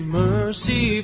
mercy